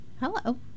Hello